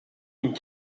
une